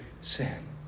sin